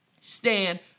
Stand